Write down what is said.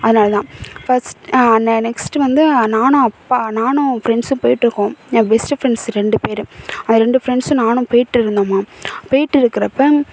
அதனால் தான் ஃபஸ்ட் நெ நெக்ஸ்ட்டு வந்து நானும் அப்பா நானும் ஃப்ரெண்ட்ஸும் போயிட்டிருக்கோம் என் பெஸ்ட்டு ஃப்ரெண்ட்ஸு ரெண்டு பேர் அந்த ரெண்டு ஃப்ரெண்ட்ஸும் நானும் போயிகிட்டு இருந்தோமா போயிகிட்டு இருக்கிறப்ப